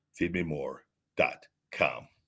Feedmemore.com